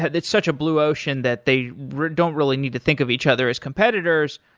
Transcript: it's such a blue ocean, that they don't really need to think of each other as competitors,